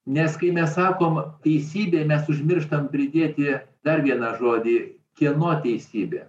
nes kai mes sakom teisybė nes užmirštam pridėti dar vieną žodį kieno teisybė